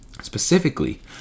specifically